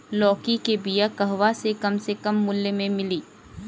लौकी के बिया कहवा से कम से कम मूल्य मे मिली?